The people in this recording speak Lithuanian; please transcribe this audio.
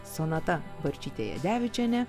sonata barčytė jadevičienė